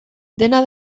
dena